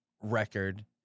record